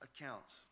accounts